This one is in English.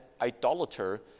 idolater